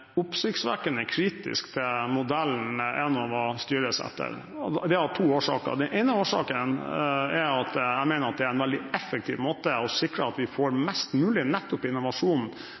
er oppsiktsvekkende kritisk til modellen Enova styres etter. Det er av to årsaker. Den ene årsaken er at jeg mener at dette er en veldig effektiv måte å sikre at vi får ut mest mulig nettopp innovasjon